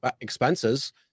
expenses